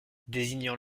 désignant